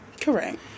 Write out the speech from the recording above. Correct